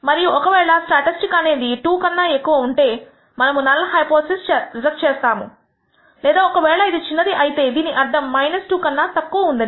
మరియు ఒకవేళ స్టాటిస్టిక్ అనేది ఇది2 కన్నా ఎక్కువ ఉంటే మనము నల్ హైపోథిసిస్ రిజెక్ట్ చేస్తాము లేదా ఒక వేళ ఇది చిన్నది అయితే దీని అర్థం ఇది 2 కన్నా తక్కువ ఉందని